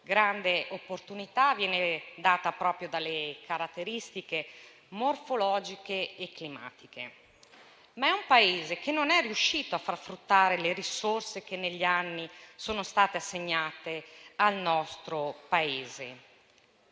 grande opportunità viene data proprio dalle caratteristiche morfologiche e climatiche. Il nostro Paese non è però riuscito a far fruttare le risorse che negli anni gli sono state assegnate. Sono forse